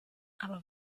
aber